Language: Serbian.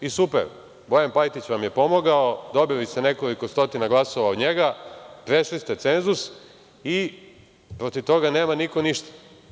I super, Bojan Pajtić vam je pomogao, dobili ste nekoliko stotina glasova od njega, prešli ste cenzus i protiv toga nema niko ništa.